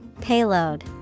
Payload